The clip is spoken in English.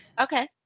okay